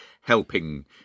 helping